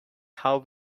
how